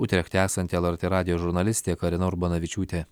utrechte esanti lrt radijo žurnalistė karina urbonavičiūtė